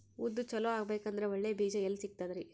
ಉದ್ದು ಚಲೋ ಆಗಬೇಕಂದ್ರೆ ಒಳ್ಳೆ ಬೀಜ ಎಲ್ ಸಿಗತದರೀ?